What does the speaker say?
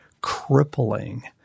crippling